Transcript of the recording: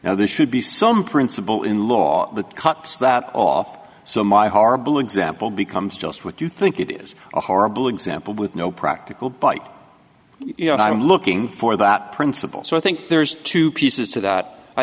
this should be some principle in law that cuts that off so my horrible example becomes just what you think it is a horrible example with no practical bite you know i'm looking for that principle so i think there's two pieces to that i